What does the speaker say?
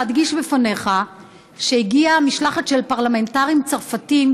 להדגיש בפניך שהגיעה משלחת של פרלמנטרים צרפתים,